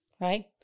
Right